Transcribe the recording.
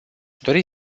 dori